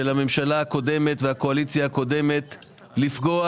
הממשלה הקודמת והקואליציה הקודמת לפגוע